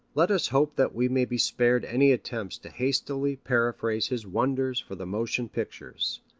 let us hope that we may be spared any attempts to hastily paraphrase his wonders for the motion pictures.